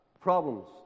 problems